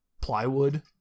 plywood